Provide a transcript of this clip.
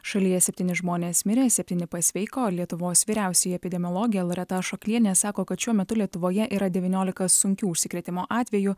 šalyje septyni žmonės mirė septyni pasveiko lietuvos vyriausioji epidemiologė loreta ašoklienė sako kad šiuo metu lietuvoje yra devyniolika sunkių užsikrėtimo atvejų